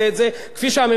השבוע לפני שנתיים,